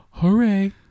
Hooray